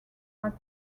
matt